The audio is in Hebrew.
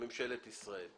בממשלת ישראל.